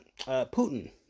Putin